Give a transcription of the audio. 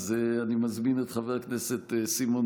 אז אני מזמין את חבר הכנסת סימון